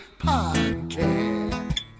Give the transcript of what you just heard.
Podcast